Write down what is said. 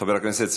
חבר הכנסת סעדי,